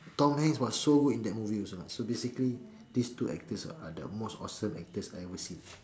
Tom-Hanks was so good in that movie also so basically these two actors ah are the most awesome actors I have ever seen